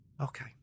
Okay